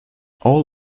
all